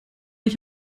ich